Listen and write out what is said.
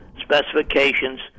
specifications